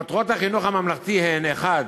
מטרות החינוך הממלכתי הן: (1)